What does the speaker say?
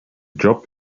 job